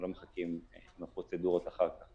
אנחנו לא מחכים עם הפרוצדורות אחר כך,